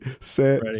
set